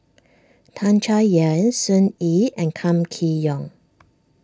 Tan Chay Yan Sun Yee and Kam Kee Yong